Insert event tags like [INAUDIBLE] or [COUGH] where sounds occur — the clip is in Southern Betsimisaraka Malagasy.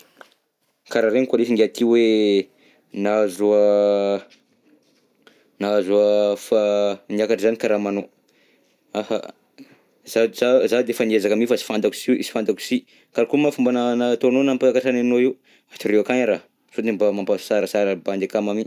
Karaha regniko lesy ingahy ty hoe nahazo [HESITATION] nahazo [HESITATION] fa niakatra zany karamanao, aha zaho sa, zaho de efa niezaka mi, fa sy fantako soa, sy fantako si, karakory moa fomba na- nataonao nampiakatra ny anao io? Toroy akagny a raha, sao mba mahasarasara bandy akama mi.